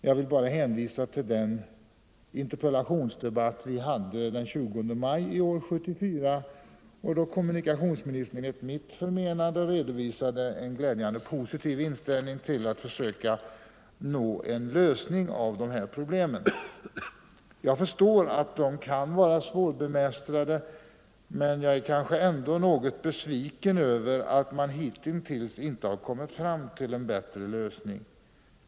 Jag vill bara hänvisa till den interpellationsdebatt vi hade den 20 maj i år, då kommunikationsministern redovisade en enligt mitt förmenande glädjande positiv inställning när det gällde att försöka få en lösning på dessa problem. Jag förstår att de kan vara svårbemästrade, men jag är ändå något besviken över att man hittills inte har kommit fram till en bättre lösning.